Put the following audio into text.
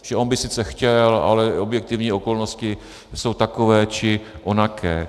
Že on by sice chtěl, ale objektivní okolnosti jsou takové či onaké.